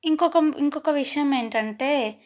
ఇంకొక ఇంకొక విషయం ఏంటంటే